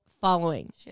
following